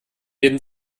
jeden